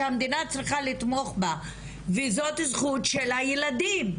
שהמדינה צריכה לתמוך בה וזאת זכות של הילדים.